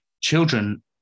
Children